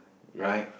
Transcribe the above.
ya